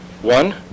One